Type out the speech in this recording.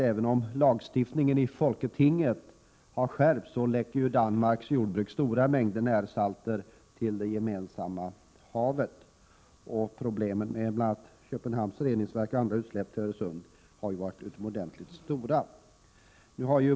Även om folketinget har skärpt lagstiftningen läcker Danmarks jordbruk stora mängder närsalter till det gemensamma havet. Också problemen med bl.a. Köpenhamns reningsverk och utsläpp till Öresund från andra håll har varit utomordentligt stora.